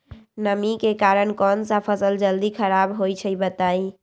नमी के कारन कौन स फसल जल्दी खराब होई छई बताई?